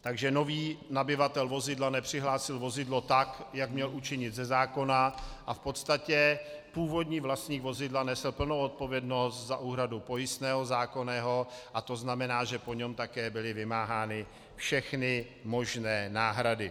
Takže nový nabyvatel vozidla nepřihlásil vozidlo tak, jak měl učinit ze zákona, a v podstatě původní vlastník vozidla nesl plnou odpovědnost za úhradu zákonného pojistného, a to znamená, že po něm také byly vymáhány všechny možné náhrady.